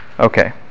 Okay